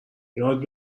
یاد